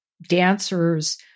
dancers